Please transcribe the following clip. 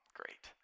great